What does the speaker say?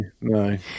no